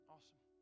Awesome